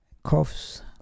coughs